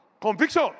Conviction